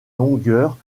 longueur